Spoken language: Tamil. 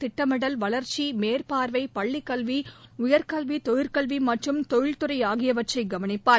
திட்டமிடல் வளர்ச்சி மேற்பார்வை பள்ளிக்கல்வி உயர்க்கல்வி தொழிற்கல்வி மற்றும் தொழில்துறை ஆகியவற்றை கவனிப்பார்